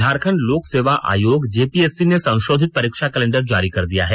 झारखंड लोक सेवा आयोग जेपीएससी ने संशोधित परीक्षा कैलेंडर जारी कर दिया है